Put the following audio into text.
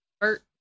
Bert